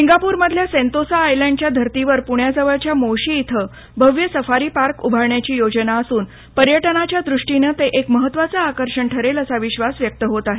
Singapore मधील Sentosa आयलँडच्या धर्तीवर पृण्याजवळच्या मोशी इथं भव्य सफारी पार्क उभारण्याची योजना असून पर्यटनाच्या दृष्टीनं ते एक महत्वाचं आकर्षण ठरेल असा विश्वास व्यक्त होत आहे